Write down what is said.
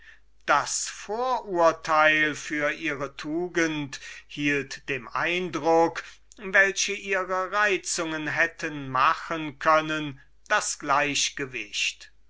das vorurteil für ihre tugend hielt dem eindruck welchen ihre reizungen hätten machen können das gleichgewicht